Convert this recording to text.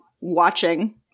watching